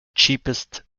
cheapest